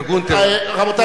רבותי,